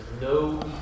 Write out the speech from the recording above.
no